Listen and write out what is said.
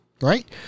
right